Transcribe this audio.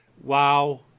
wow